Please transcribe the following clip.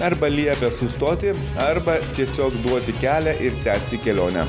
arba liepia sustoti arba tiesiog duoti kelią ir tęsti kelionę